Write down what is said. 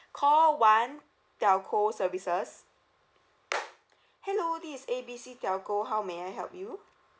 call one telco services hello this is A B C telco how may I help you